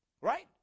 right